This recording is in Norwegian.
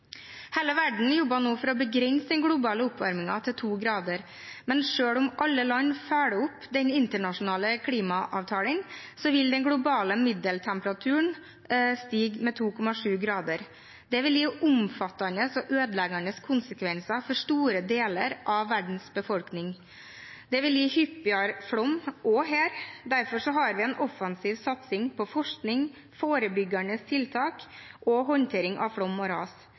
Hele verden jobber nå for å begrense den globale oppvarmingen til 2 grader, men selv om alle land følger opp den internasjonale klimaavtalen, vil den globale middeltemperaturen stige med 2,7 grader. Det vil gi omfattende og ødeleggende konsekvenser for store deler av verdens befolkning. Det vil gi hyppigere flom, også her. Derfor har vi en offensiv satsing på forskning, forebyggende tiltak og håndtering av flom og ras.